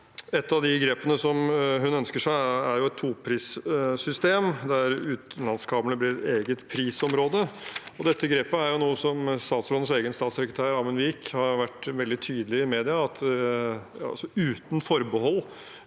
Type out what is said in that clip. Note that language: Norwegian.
Ett av de grepene som hun ønsker seg, er et toprissystem der utenlandskablene blir et eget prisområde. Dette grepet er noe som statsrådens egen statssekretær, Amund Vik, har vært veldig tydelig på i mediene – uten forbehold